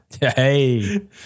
Hey